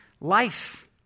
life